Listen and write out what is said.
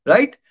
Right